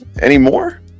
anymore